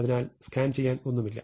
അതിനാൽ സ്കാൻ ചെയ്യാൻ ഒന്നുമില്ല